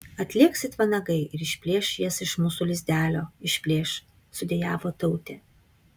atlėks it vanagai ir išplėš jas iš mūsų lizdelio išplėš sudejavo tautė